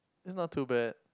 that's not too bad